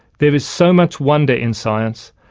there is so much wonder in science.